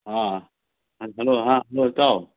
ꯑꯥ hello ꯏꯇꯥꯎ